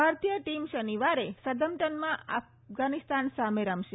ભારતીય ટીમ શનિવારે સધમ્પ્ટનમાં અફઘાનિસ્તાન સામે રમશે